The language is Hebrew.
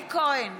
אלי כהן,